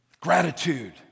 gratitude